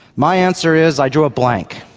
my answer is i drew a blank.